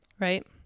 Right